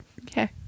okay